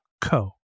co